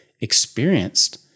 experienced